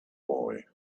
boy